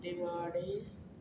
Divar